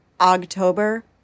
October